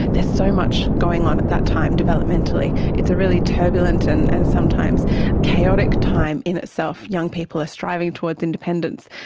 there's so much going on at that time developmentally. it's a really turbulent and and sometimes chaotic time in itself. young people are striving towards independence,